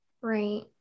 right